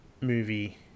movie